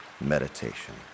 meditation